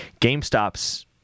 GameStop's